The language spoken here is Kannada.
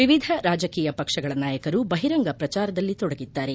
ವಿವಿಧ ರಾಜಕೀಯ ಪಕ್ಷಗಳ ನಾಯಕರು ಬಹಿರಂಗ ಪ್ರಚಾರದಲ್ಲಿ ತೊಡಗಿದ್ದಾರೆ